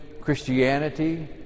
Christianity